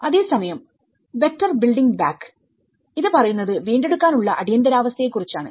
അതേസമയം better building ബാക്ക്ഇത് പറയുന്നത് വീണ്ടെടുക്കാൻ ഉള്ള അടിയന്തിരാവസ്ഥ യെ കുറിച്ചാണ്